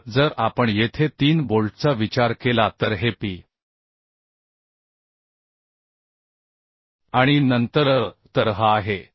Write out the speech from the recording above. तर जर आपण येथे 3 बोल्टचा विचार केला तर हे P आणि नंतरH तर H आहे